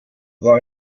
war